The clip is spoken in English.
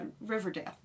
Riverdale